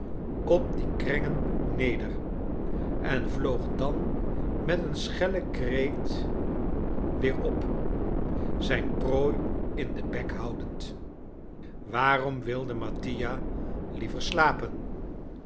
op die krengen neder en vloog dan met een schellen kreet weer op zijn prooi in den bek houdend waarom wilde mattia liever slapen